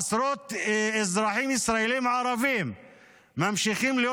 עשרות אזרחים ישראלים ערבים ממשיכים להיות